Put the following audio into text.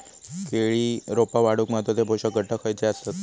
केळी रोपा वाढूक महत्वाचे पोषक घटक खयचे आसत?